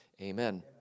Amen